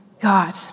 God